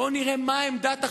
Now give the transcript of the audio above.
בואו נראה מה עמדת החברים,